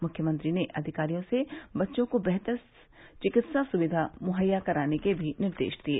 मुख्यमंत्री ने अधिकारियों से बच्चों को बेहतर चिकित्सा सुविधा मुहैया कराने के निर्देश भी दिये